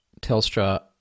Telstra